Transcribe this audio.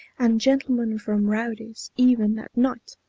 and gentlemen from rowdies, even at night!